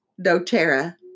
doTERRA